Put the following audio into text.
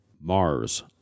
Mars